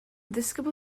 ddisgybl